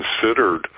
considered